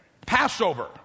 Passover